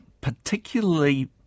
particularly